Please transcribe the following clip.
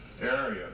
area